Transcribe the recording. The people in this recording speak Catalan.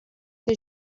que